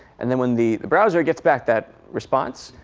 and then when the browser gets back that response,